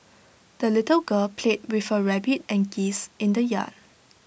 the little girl played with her rabbit and geese in the yard